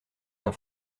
d’un